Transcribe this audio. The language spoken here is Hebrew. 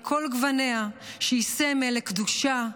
על כל גווניה, שהיא סמל לקדושה,